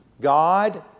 God